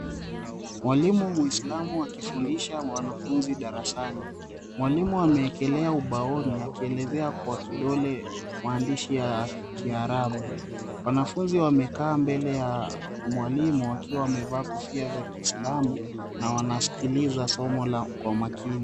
Mwalimu muislamu akiwafundisha wanafunzi darasani mwalimu ameekelea ubaoni akielezea kwa kidole maandishi ya kiarabu, wanafunzi wamekaa mbele ya mwalimu akiwa wamevaa kofia za kiislamu na wanasikiliza somo lao kwa makini.